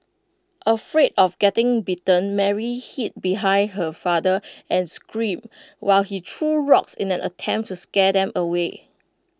afraid of getting bitten Mary hid behind her father and screamed while he threw rocks in an attempt to scare them away